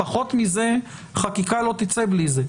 פחות מזה, חקיקה לא תצא בלי זה.